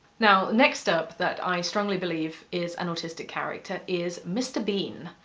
now next up that i strongly believe is an autistic character is mr. bean.